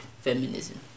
feminism